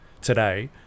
today